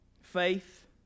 Faith